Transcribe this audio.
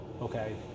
okay